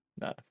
no